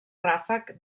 ràfec